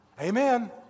Amen